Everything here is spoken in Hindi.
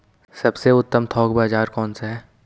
सबसे उत्तम थोक बाज़ार कौन सा है?